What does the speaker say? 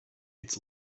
its